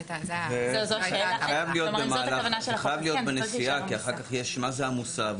זה חייב להיות בנסיעה, מה זה המוסע?